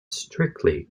strictly